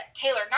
Taylor